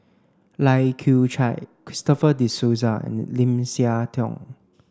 Lai Kew Chai Christopher De Souza and Lim Siah Tong